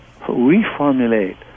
reformulate